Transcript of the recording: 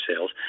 sales